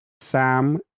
Sam